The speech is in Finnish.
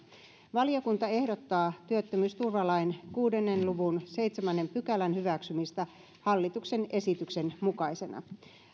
valiokunta ehdottaa työttömyysturvalain kuuden luvun seitsemännen pykälän hyväksymistä hallituksen esityksen mukaisena